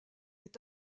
est